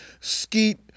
skeet